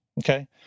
okay